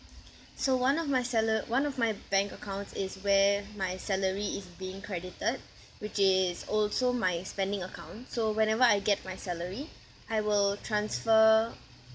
so one of my sala~ one of my bank accounts is where my salary is being credited which is also my spending account so whenever I get my salary I will transfer